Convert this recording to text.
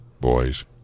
boys